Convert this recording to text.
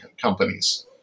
companies